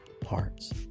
parts